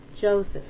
Joseph